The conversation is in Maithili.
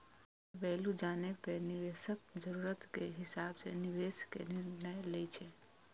फ्यूचर वैल्यू जानै पर निवेशक जरूरत के हिसाब सं निवेश के निर्णय लै छै